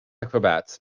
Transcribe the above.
acrobat